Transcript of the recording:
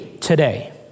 today